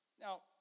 Now